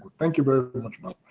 thank you very much, ma'am.